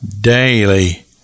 daily